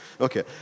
Okay